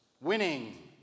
winning